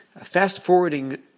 Fast-forwarding